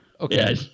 Okay